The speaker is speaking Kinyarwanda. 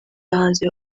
bahanzi